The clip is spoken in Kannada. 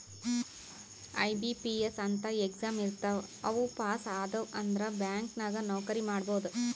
ಐ.ಬಿ.ಪಿ.ಎಸ್ ಅಂತ್ ಎಕ್ಸಾಮ್ ಇರ್ತಾವ್ ಅವು ಪಾಸ್ ಆದ್ಯವ್ ಅಂದುರ್ ಬ್ಯಾಂಕ್ ನಾಗ್ ನೌಕರಿ ಮಾಡ್ಬೋದ